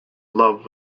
love